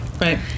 Right